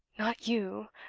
not you!